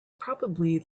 probably